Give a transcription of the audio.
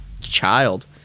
child